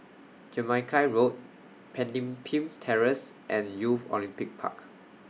Jamaica Road Pemimpin Terrace and Youth Olympic Park